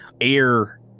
air